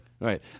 Right